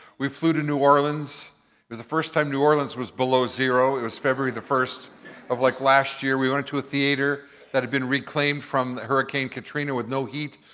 we flew to new orleans. it was the first time new orleans was below zero, it was february the first of like last year. we went into a theatre that had been reclaimed from hurricane katrina with no heat,